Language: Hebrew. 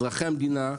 אזרחי המדינה,